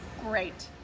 Great